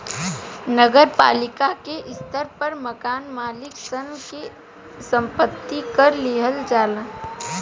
नगर पालिका के स्तर पर मकान मालिक सन से संपत्ति कर लिहल जाला